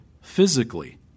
physically